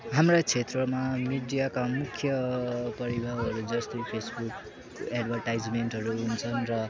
हाम्रा क्षेत्रमा मिडियाका मुख्य प्रभावहरू जस्तै फेसबुक एडभरटाइजमेन्टहरू हुन्छन् र